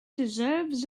deserves